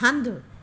हंधु